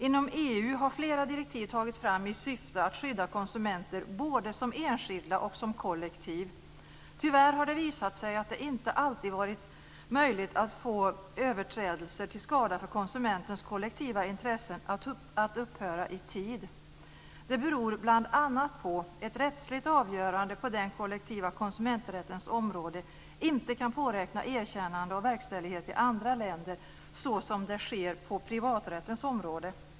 Inom EU har flera direktiv tagits fram i syfte att skydda konsumenter både som enskilda och som kollektiv. Tyvärr har det visat sig att det inte alltid varit möjligt att få överträdelser till skada för konsumenternas kollektiva intressen att upphöra i tid. Det beror bl.a. på att ett rättsligt avgörande på den kollektiva konsumenträttens område inte kan påräkna erkännande och verkställighet i andra länder så som det sker på privaträttens område.